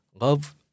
love